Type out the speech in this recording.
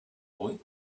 boy